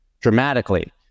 dramatically